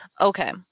okay